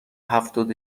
هفتاد